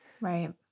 Right